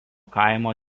kaimo